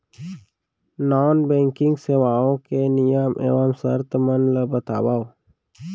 non banking सेवाओं के नियम एवं शर्त मन ला बतावव